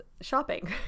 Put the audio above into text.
shopping